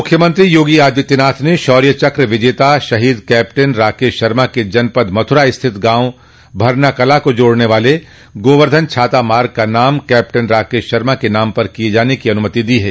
मुख्यमंत्री योगी आदित्यनाथ ने शौर्य चक विजेता शहीद कैप्टन राकेश शर्मा के जनपद मथुरा स्थित गांव भरनाकला को जोड़ने वाले गोवर्धन छाता मार्ग का नाम कैप्टन राकेश शर्मा के नाम पर किये जाने की अनुमति दी है